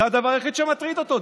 זה הדבר היחיד שמטריד אותו.